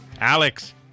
Alex